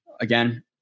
Again